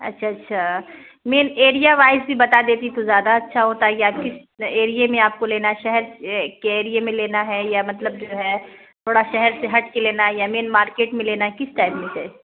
اچھا اچھا main area wise بھی بتا دیتی تو زیادہ اچھا ہوتا ہے یا کس اریے میں آپ کو لینا ہے شہر کے ایریے میں لینا ہے یا مطلب جو ہے تھوڑا شہر سے ہٹ کے لینا یا مین مارکیٹ میں لینا ہے کس ٹائپ میں چ